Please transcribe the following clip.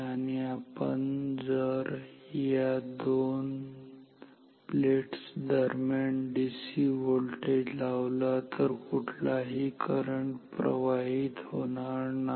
आणि जर आपण या दोन प्लेट्स दरम्यान डीसी व्होल्टेज लावला तर कोणताही करंट प्रवाहित होणार नाही